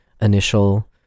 initial